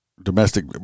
domestic